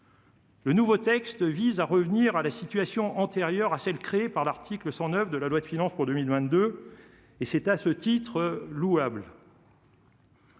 Le nouveau texte vise à revenir à la situation antérieure à celle qui a été créée par l'article 109 de la loi de finances pour 2022 ; c'est louable.